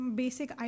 basic